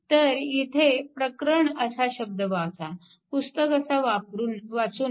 तर इथे प्रकरण असा शब्द वाचा पुस्तक असा वाचू नका